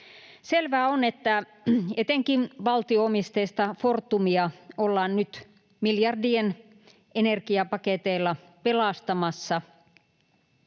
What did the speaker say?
Selvää on, että etenkin valtio-omisteista Fortumia ollaan nyt miljardien energiapaketeilla pelastamassa.